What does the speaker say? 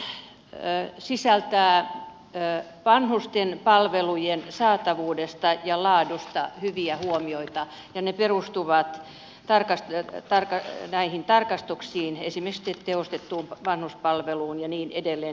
tämä kertomus sisältää vanhusten palvelujen saatavuudesta ja laadusta hyviä huomioita ja ne perustuvat näihin tarkastuksiin esimerkiksi tehostettuun vanhuspalveluun ja hoivakoteihin ja niin edelleen